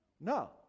no